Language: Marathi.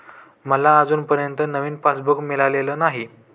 मला अजूनपर्यंत नवीन पासबुक मिळालेलं नाही